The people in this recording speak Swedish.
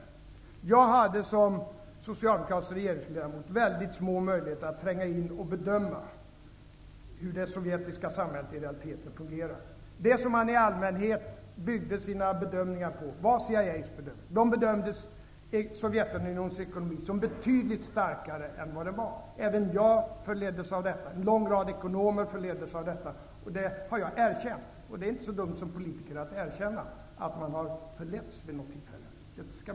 Jag hade som socialdemokratisk regeringsledamot väldigt små möjligheter att tränga in och bedöma hur det sovjetiska samhället i realiteten fungerade. Det som man i allmänhet byggde sina bedömningar på var CIA:s bedömningar. CIA bedömde att Sovjetunionens ekonomi var betydligt starkare än den var. Även jag förleddes av detta. En lång rad ekonomer förleddes av detta. Det har jag erkänt. Det är inte så dumt att som politiker erkänna att man har förletts vid något tillfälle. Det skall Bengt Westerberg tänka på.